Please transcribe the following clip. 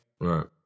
Right